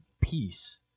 Peace